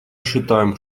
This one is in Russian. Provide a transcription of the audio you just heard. считаем